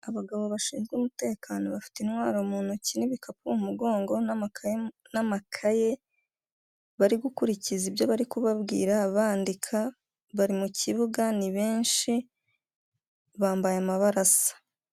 Abagabo bashinzwe umutekano bafite intwaro mu ntoki n'ibikapu umugongo n'amakaye n'amakaye, bari gukurikiza ibyo bari ku babwira bandika bari mu kibuga ni benshi bambaye amabara aso.